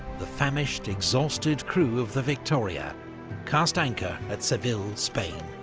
the famished, exhausted crew of the victoria cast anchor at seville, spain.